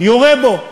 יורה בו.